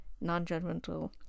non-judgmental